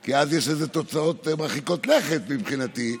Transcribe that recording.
כי אז יש לזה תוצאות מרחיקות לכת מבחינתי,